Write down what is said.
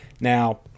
Now